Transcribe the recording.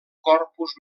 corpus